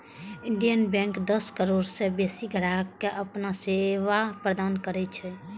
Indian Bank दस करोड़ सं बेसी ग्राहक कें अपन सेवा प्रदान करै छै